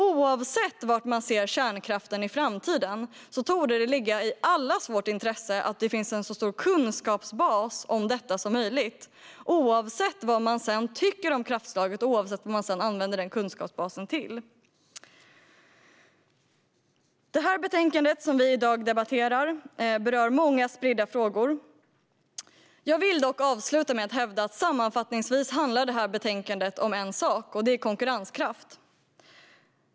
Oavsett var man ser kärnkraften i framtiden, oavsett vad man tycker om kraftslaget och oavsett vad man använder kunskapsbasen till torde det ligga i allas vårt intresse att det finns en så stor kunskapsbas som möjligt. Det betänkande vi i dag debatterar berör många spridda frågor. Jag vill dock avsluta med att hävda att betänkandet i sammanfattning handlar om en sak, nämligen konkurrenskraft.